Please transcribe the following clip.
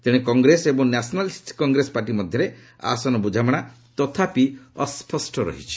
ତେଣେ କଂଗ୍ରେସ ଏବଂ ନ୍ୟାଶନାଲିଷ୍ଟ କଂଗ୍ରେସ ପାର୍ଟି ମଧ୍ୟରେ ଆସନ ବୁଝାମଣା ତଥାପି ଅସ୍ୱଷ୍ଟ ରହିଛି